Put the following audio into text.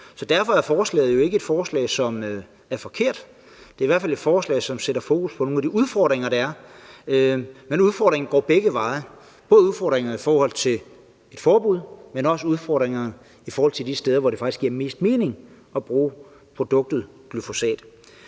derfor er forslaget jo ikke et forslag, som er forkert. Det er i hvert fald et forslag, som sætter fokus på nogle af de udfordringer, der er. Men udfordringen går begge veje, så der både er udfordringer i forhold til et forbud, men også udfordringer i forhold til de steder, hvor det faktisk giver mest mening at bruge produktet glyfosat.